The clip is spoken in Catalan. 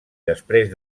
després